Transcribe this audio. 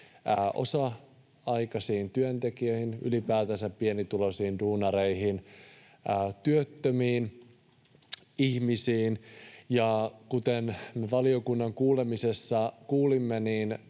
osa-aikaisiin työntekijöihin, ylipäätänsä pienituloisiin duunareihin, työttömiin ihmisiin. Ja kuten valiokunnan kuulemisessa kuulimme,